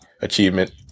achievement